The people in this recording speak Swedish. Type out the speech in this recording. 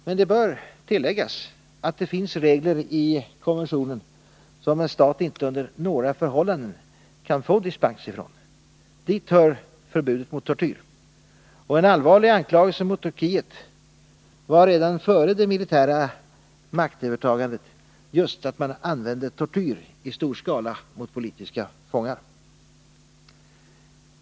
Men det bör tilläggas att det finns regler i konventionen som en stat inte under några förhållanden kan få dispens från. Dit hör förbudet mot tortyr. En allvarlig anklagelse mot Turkiet var redan före det militära maktövertagandet just att man använde tortyr i stor skala mot politiska fångar.